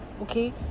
okay